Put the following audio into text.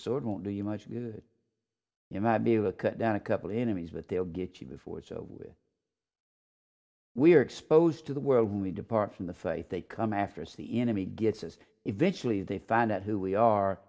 sword won't do you much good you might be a cut down a couple of enemies with they'll get you before it's over with we are exposed to the world and we depart from the faith they come after us the enemy gets us eventually they find out who we are